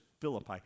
Philippi